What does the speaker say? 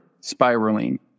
spiraling